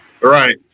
Right